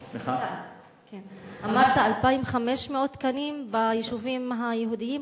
אמרת 2,500 תקנים ביישובים היהודיים,